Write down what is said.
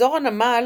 אזור הנמל